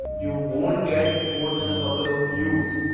you won't get more than a couple of views.